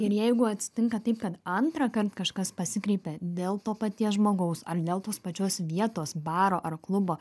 ir jeigu atsitinka taip kad antrąkart kažkas pasikreipia dėl to paties žmogaus ar dėl tos pačios vietos baro ar klubo